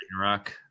Rock